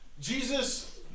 Jesus